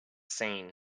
scene